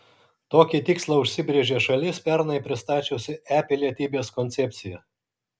tokį tikslą užsibrėžė šalis pernai pristačiusi e pilietybės koncepciją